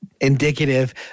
indicative